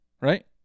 Right